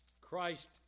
Christ